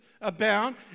abound